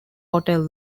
hotel